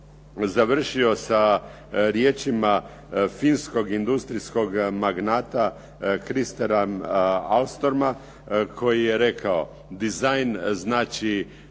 završio riječima finskog industrijskog magnata Kristera Ahlstroma koji je rekao: "Dizajn znači